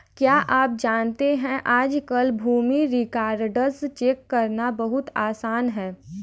क्या आप जानते है आज कल भूमि रिकार्ड्स चेक करना बहुत आसान है?